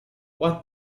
what